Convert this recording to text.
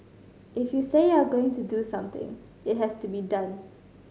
if you say you are going to do something it has to be done